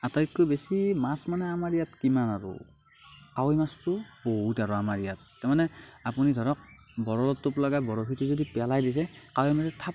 আটাইতকৈ বেছি মাছ মানে আমাৰ ইয়াত কিমান আৰু কাৱৈ মাছটো বহুত আৰু আমাৰ ইয়াত তাৰমানে আপুনি ধৰক বৰলৰ টোপ লগা বৰশীটো যদি পেলাই দিছে কাৱৈ মাছে থাপ